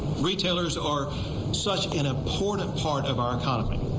retailers are such an important part of our kind of and